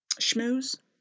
schmooze